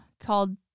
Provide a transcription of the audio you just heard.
called